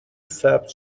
ثبت